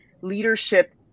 leadership